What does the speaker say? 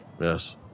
Yes